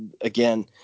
again